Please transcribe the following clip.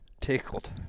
Tickled